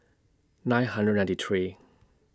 nine hundred ninety three